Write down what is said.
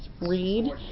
read